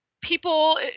people